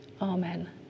Amen